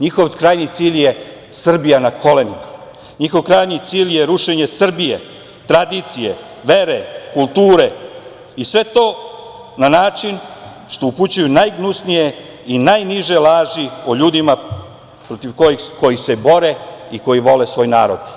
Njihov krajnji cilj je Srbija na kolenima, rušenje Srbije, tradicije, vere, kulture i sve to na način što upućuju najgnusnije i najniže laži o ljudima protiv kojih se bore i koji vole svoj narod.